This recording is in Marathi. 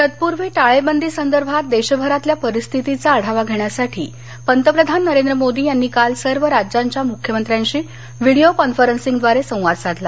तत्पूर्वी टाळेबंदी संदर्भात देशभरातल्या परिस्थितीचा आढावा घेण्यासाठी पंतप्रधान नरेंद्र मोदी यांनी काल सर्व राज्यांच्या मुख्यमंत्र्यांशी व्हीडीओ कॉन्फरंसिंगद्वारे संवाद साधला